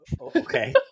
Okay